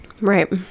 right